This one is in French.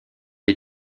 est